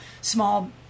small